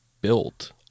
built